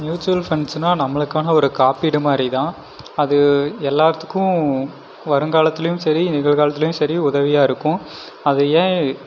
mutual ஃபண்ட்ஸ்னா நம்மளுக்காக ஒரு காப்பீடு மாரி தான் அது எல்லாத்துக்கும் வருங்காலத்துலியும் சரி நிகழ்காலத்துலையும் சரி உதவியாக இருக்கும் அது ஏன்